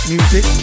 Music